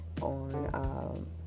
on